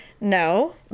no